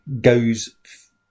goes